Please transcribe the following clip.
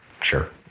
sure